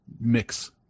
mix